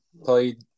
played